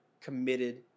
committed